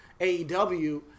AEW